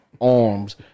arms